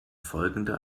folgende